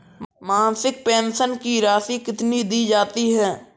मासिक पेंशन की राशि कितनी दी जाती है?